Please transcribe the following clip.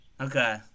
Okay